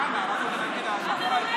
מה זה נותן לך?